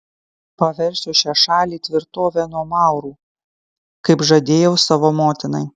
paversiu šią šalį tvirtove nuo maurų kaip žadėjau savo motinai